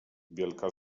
wielka